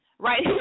Right